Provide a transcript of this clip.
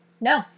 no